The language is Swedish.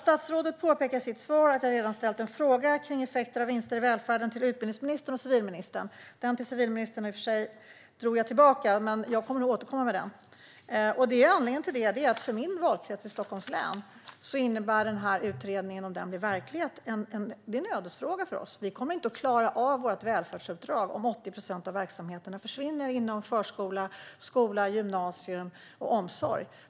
Statsrådet påpekar i sitt svar att jag redan ställt frågor kring effekter av vinster i välfärden till utbildningsministern och civilministern. Frågan till civilministern drog jag i och för sig tillbaka, men jag kommer att återkomma med den. Anledningen är att det för min valkrets, Stockholms län, är en ödesfråga om den här utredningen blir verklighet. Vi kommer inte att klara av vårt välfärdsuppdrag om 80 procent av verksamheterna försvinner inom förskola, grundskola, gymnasium och omsorg.